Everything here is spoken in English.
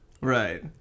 Right